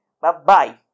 Bye-bye